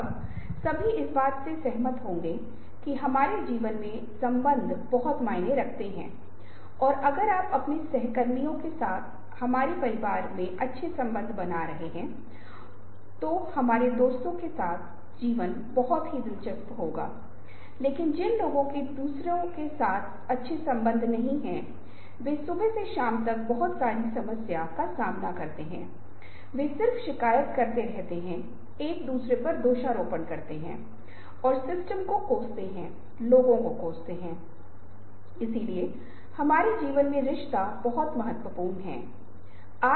अब अगर हमें इस सवाल का जवाब देना है तो शायद हमें थोड़ा और गहराई से देखने की जरूरत है कि तकनीक कैसे बदल गई है हमारी दुनिया कैसे बदल गई है हम दुनिया को कैसे देखते हैं हम दुनिया को कैसे अनुभव करते हैं और इन चीजों को समझने में निश्चित रूप से एक लंबा समय लगेगा और दृश्यों के उपयोग के लिए संवेदनशीलता विकसित करना भी ज़रूरी है इसलिए आज की वार्ता में हमारा ध्यान परिचय के बाद दृश्य संस्कृति की प्रासंगिकता हमारी संस्कृति में दृश्य की बदलती भूमिका पर होगा